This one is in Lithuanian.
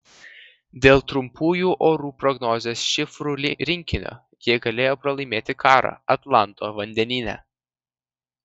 dėl trumpųjų orų prognozės šifrų rinkinio jie galėjo pralaimėti karą atlanto vandenyne